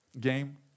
game